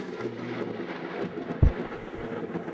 when you poll people,